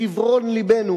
לשיברון לבנו,